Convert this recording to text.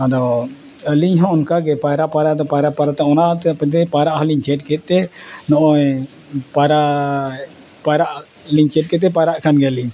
ᱟᱫᱚ ᱟᱹᱞᱤᱧ ᱦᱚᱸ ᱚᱱᱠᱟ ᱜᱮ ᱯᱟᱭᱨᱟ ᱯᱟᱭᱨᱟ ᱫᱚ ᱯᱟᱭᱨᱟ ᱯᱟᱭᱨᱟ ᱛᱮ ᱚᱱᱟᱛᱮ ᱯᱟᱭᱨᱟᱜ ᱦᱚᱸᱞᱤᱧ ᱪᱮᱫ ᱠᱮᱫ ᱛᱮ ᱱᱚᱜᱼᱚᱭ ᱯᱟᱭᱨᱟ ᱯᱟᱭᱨᱟᱜ ᱞᱤᱧ ᱪᱮᱫ ᱠᱮᱫᱛᱮ ᱯᱟᱭᱨᱟᱜ ᱠᱟᱱ ᱜᱮᱭᱟᱞᱤᱧ